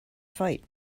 fight